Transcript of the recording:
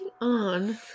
on